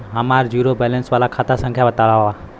हमार zero balance वाला खाता संख्या वतावा?